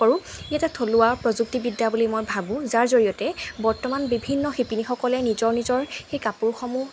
কৰোঁ ই এটা থলুৱা প্ৰযুক্তিবিদ্যা বুলি মই ভাবোঁ যাৰ জৰিয়তে বৰ্তমান বিভিন্ন শিপিনীসকলে নিজৰ নিজৰ সেই কাপোৰসমূহ